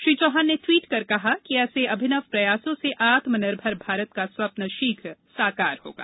श्री चौहान ने टवीट कर कहा ऐसे अभिनव प्रयासों से आत्मनिर्भर भारत का स्वप्न शीघ्र साकार होगा